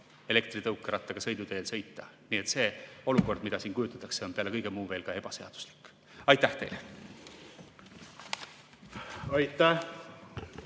elektritõukerattaga sõiduteel sõita. Nii et see olukord, mida siin kujutatakse, on peale kõige muu ka ebaseaduslik. Aitäh teile! Aitäh!